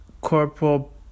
Corporal